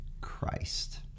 Christ